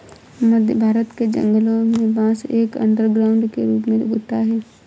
मध्य भारत के जंगलों में बांस एक अंडरग्राउंड के रूप में उगता है